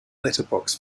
letterbox